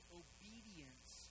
obedience